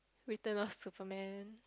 Return-of-Superman